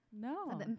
No